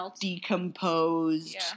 decomposed